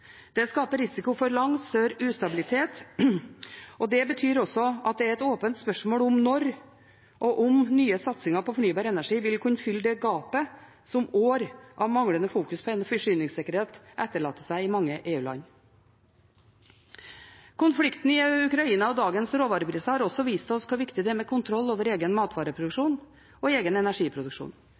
Det skaper risiko for langt større ustabilitet, og det betyr også at det er et åpent spørsmål om når og om nye satsinger på fornybar energi vil kunne fylle det gapet som år med manglende fokus på forsyningssikkerhet etterlater seg i mange EU-land. Konflikten i Ukraina og dagens råvarepriser har også vist oss hvor viktig det er med kontroll over egen matvareproduksjon og egen energiproduksjon.